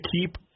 keep